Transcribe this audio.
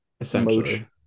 Essentially